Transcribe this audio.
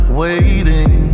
waiting